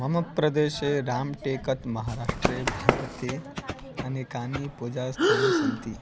मम प्रदेशे राम्टेकत् महाराष्ट्रे भारते अनेकानि पूजास्थानि सन्ति